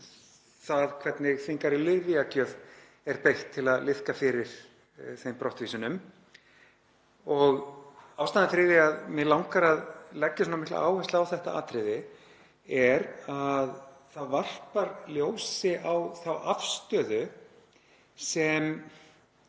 það hvernig þvingaðri lyfjagjöf er beitt til að liðka fyrir þeim brottvísunum. Ástæðan fyrir því að mig langar að leggja svona mikla áherslu á þetta atriði er að það varpar ljósi á þá afstöðu sem